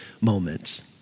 moments